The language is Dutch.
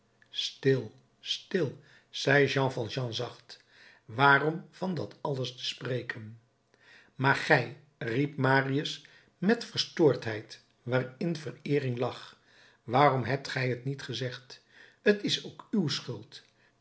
stil stil zei jean valjean zacht waarom van dat alles te spreken maar gij riep marius met een verstoordheid waarin vereering lag waarom hebt gij het niet gezegd t is ook uw schuld